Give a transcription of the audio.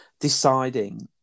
deciding